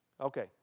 Okay